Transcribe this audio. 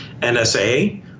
NSA